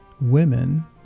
women